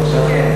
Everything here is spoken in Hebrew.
לא.